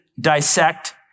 dissect